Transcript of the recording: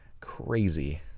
crazy